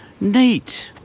neat